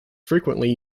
frequently